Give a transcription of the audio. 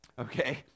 Okay